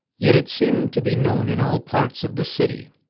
yet it seemed to be known in all parts of the city.